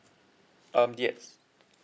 um yes